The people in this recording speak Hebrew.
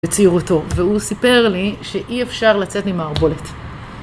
בצעירותו, והוא סיפר לי שאי אפשר לצאת ממערבולת